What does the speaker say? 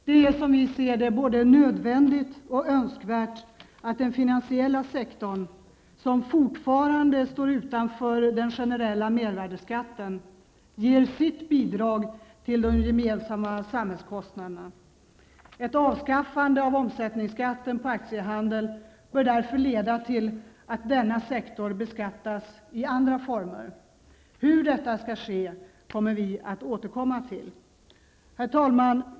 Det är som vi ser det både nödvändigt och önskvärt att den finansiella sektorn, som fortfarande står utanför den generella mervärdeskatten, ger sitt bidrag till de gemensamma samhällskostnaderna. Ett avskaffande av omsättningsskatten på aktiehandeln bör därför leda till att denna sektor beskattas i andra former. Hur detta skall ske kommer vi att återkomma till. Herr talman!